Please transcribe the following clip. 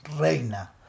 Reina